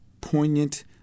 poignant